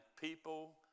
people